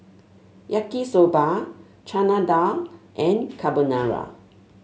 Yaki Soba Chana Dal and Carbonara